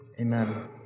amen